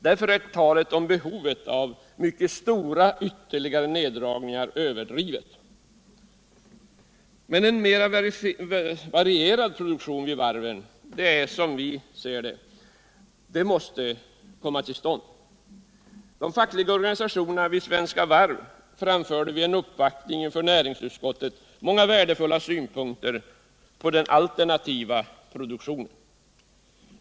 Därför är talet om behovet av mycket stora ytterligare nedläggningar överdrivet. Men en mer varierad produktion vid varven måste, som vi ser det, komma till stånd. De fackliga organisationerna vid Svenska Varv framförde vid en uppvaktning inför näringsutskottet många värdefulla synpunkter på alternativ produktion.